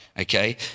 Okay